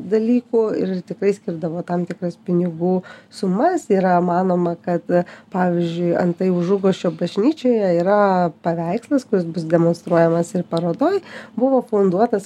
dalykų ir tikrai skirdavo tam tikras pinigų sumas yra manoma kad pavyzdžiui antai užuguosčio bažnyčioje yra paveikslas kuris bus demonstruojamas ir parodoj buvo funduotas